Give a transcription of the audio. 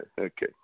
Okay